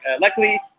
luckily